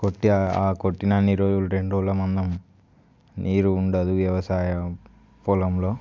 కొట్టి ఆ కొట్టిన అన్ని రోజులు రెండు రోజులు మందం నీరు ఉండదు వ్యవసాయం పొలంలో